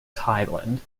thailand